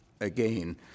again